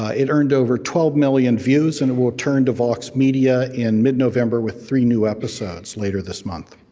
ah it earned over twelve million views and will return to vox media in mid november with three new episodes later this month.